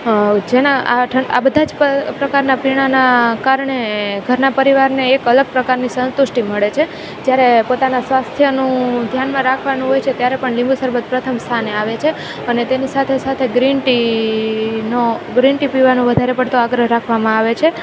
જેના આ બધા જ પ્રકારના પીણાંના કારણે ઘરના પરિવારને એક અલગ પ્રકારની સંતુષ્ટી મળે છે જ્યારે પોતાના સ્વાસ્થ્યનું ધ્યાનમાં રાખવાનું હોય છે ત્યારે પણ લીંબુ શરબત પ્રથમ સ્થાને આવે છે અને તેનું સાથે સાથે ગ્રીન ટીનો ગ્રીન ટી પીવાનો વધારે પડતો આગ્રહ રાખવામાં આવે છે